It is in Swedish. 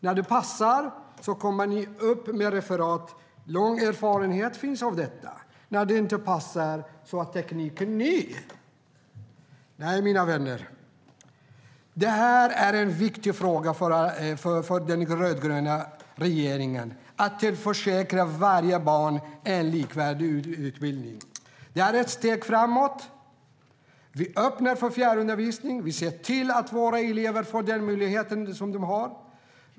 När det passar säger ni att det finns lång erfarenhet, men när det inte passar är tekniken ny - nej, mina vänner. Det här är en viktig fråga för den rödgröna regeringen - att tillförsäkra varje barn en likvärdig utbildning. Det är ett steg framåt. Vi öppnar för fjärrundervisning, och vi ser till att våra elever får den möjligheten.